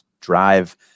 drive